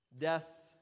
Death